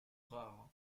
rares